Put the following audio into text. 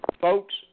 folks